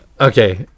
Okay